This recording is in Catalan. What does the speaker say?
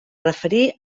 referir